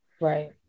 Right